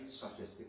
suggestive